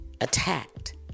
attacked